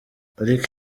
ariko